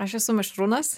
aš esu mišrūnas